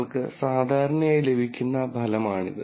നിങ്ങൾക്ക് സാധാരണയായി ലഭിക്കുന്ന ഫലമാണിത്